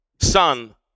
son